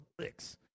Licks